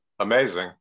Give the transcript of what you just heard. amazing